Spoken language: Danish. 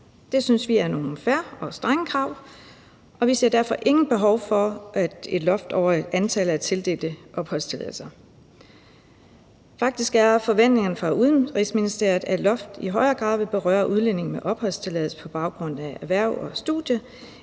Det synes vi er nogle fair og strenge krav, og vi ser derfor intet behov for et loft over antallet af tildelte opholdstilladelser. Faktisk er forventningen fra Udenrigsministeriet, at et loft i højere grad vil berøre udlændinge med opholdstilladelse på baggrund af erhverv og studier